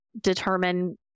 determine